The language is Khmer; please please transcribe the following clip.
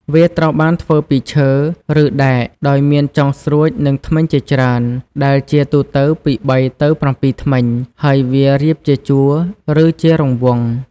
វាត្រូវបានធ្វើពីឈើ ឬដែកដោយមានចុងស្រួចនិងធ្មេញជាច្រើន ដែលជាទូទៅពី ៣ ទៅ ៧ ធ្មេញ ហើយវារៀបជាជួរ ឬជារង្វង់។